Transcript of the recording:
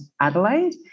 Adelaide